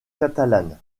catalane